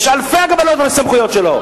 שיש אלפי הגבלות על הסמכויות שלו.